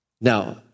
Now